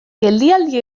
geldialdi